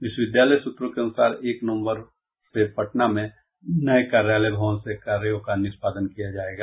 विश्वविद्यालय सूत्रों के अनुसार एक नवम्बर से पटना में नये कार्यालय से कार्यों का निष्पादन किया जायेगा